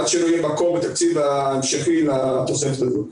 עד שלא יהיה מקור לתקציב ההמשכי, לתוספת הזאת.